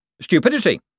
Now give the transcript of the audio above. Stupidity